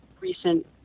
recent